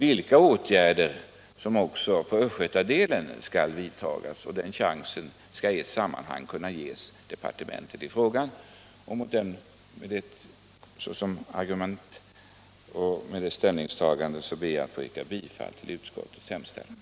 Departementet bör alltså i ett sammanhang ges möjlighet att studera vilka åtgärder som också kan vidtas på kanalens östgötadel. Med dessa argument och detta ställningstagande ber jag att få yrka Nr 41